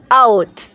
out